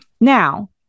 Now